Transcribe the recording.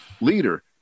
leader